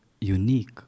unique